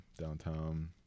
downtown